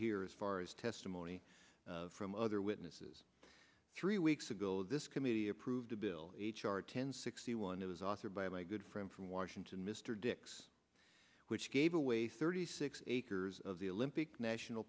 hear as far as testimony from other witnesses three weeks ago this committee approved a bill h r ten sixty one it was authored by my good friend from washington mr dix which gave away thirty six acres of the olympic national